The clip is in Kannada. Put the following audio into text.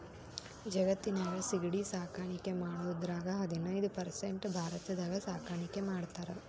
ಜಗತ್ತಿನ್ಯಾಗ ಸಿಗಡಿ ಸಾಕಾಣಿಕೆ ಮಾಡೋದ್ರಾಗ ಹದಿನೈದ್ ಪರ್ಸೆಂಟ್ ಭಾರತದಾಗ ಸಾಕಾಣಿಕೆ ಮಾಡ್ತಾರ